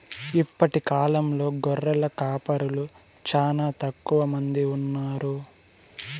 ఇప్పటి కాలంలో గొర్రెల కాపరులు చానా తక్కువ మంది ఉన్నారు